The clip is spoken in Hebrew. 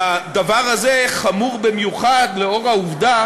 הדבר הזה חמור במיוחד לנוכח העובדה